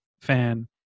fan